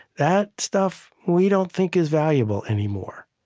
that stuff we don't think is valuable anymore.